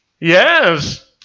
Yes